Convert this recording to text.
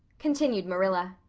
continued marilla.